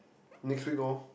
next week lor